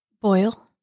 Boil